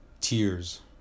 tears